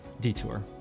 Detour